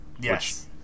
Yes